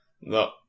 No